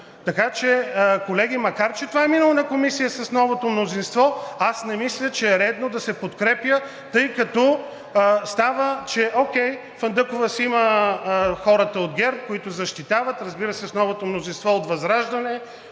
Така че, колеги, макар че това е минало на Комисията с новото мнозинство, аз не мисля, че е редно да се подкрепя, тъй като става, че окей, Фандъкова си има хората от ГЕРБ, които защитават, разбира се, с новото мнозинство от ВЪЗРАЖДАНЕ,